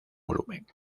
volumen